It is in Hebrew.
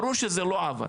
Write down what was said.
ברור שזה לא עבד,